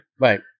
Right